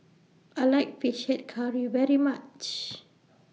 I like Fish Head Curry very much